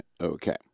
Okay